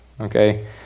Okay